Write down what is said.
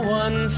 one